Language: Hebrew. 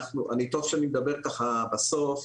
טוב שאני מדבר ככה בסוף,